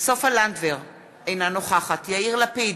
סופה לנדבר, אינה נוכחת יאיר לפיד,